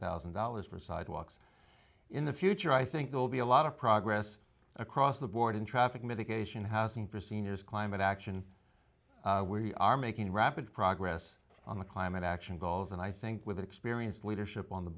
thousand dollars for sidewalks in the future i think will be a lot of progress across the board in traffic mitigation housing for seniors climate action we are making rapid progress on the climate action goals and i think with experience leadership on the